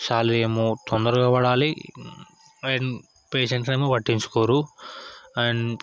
salary ఏమో తొందరగా పడాలి అండ్ పేషెంట్లను ఏమో పట్టించుకోరు అండ్